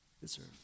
deserve